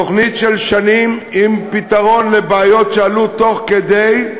תוכנית של שנים עם פתרון לבעיות שעלו תוך כדי,